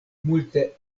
multe